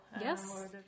Yes